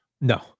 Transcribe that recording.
No